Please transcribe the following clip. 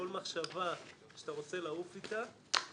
כל מחשבה שאתה רוצה לעוף איתה,